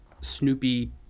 Snoopy